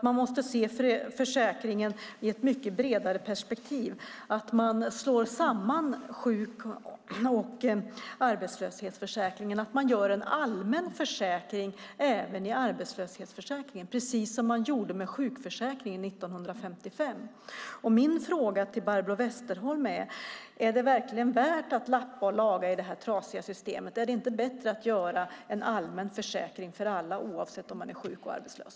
Man måste se försäkringen i ett mycket bredare perspektiv, slå samman sjuk och arbetslöshetsförsäkringen och skapa en allmän försäkring även i arbetslöshetsförsäkringen, precis som man gjorde med sjukförsäkringen 1955. Min fråga till Barbro Westerholm är: Är det verkligen värt att lappa och laga i detta trasiga system? Är det inte bättre att skapa en allmän försäkring för alla som gäller oavsett om man är sjuk eller arbetslös?